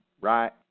right